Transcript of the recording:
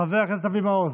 חבר הכנסת אבי מעוז.